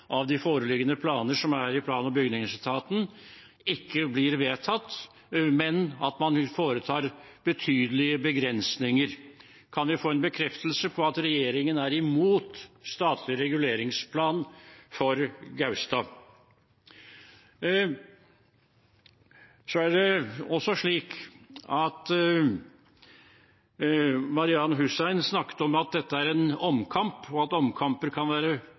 de foreliggende planer, som er i plan- og bygningsetaten, ikke blir vedtatt under Oslo kommunes behandling, men at man foretar betydelige begrensninger? Kan vi få en bekreftelse på at regjeringen er imot statlig reguleringsplan for Gaustad? Marian Hussein snakket om at dette er en omkamp, og at omkamper kan være